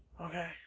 Okay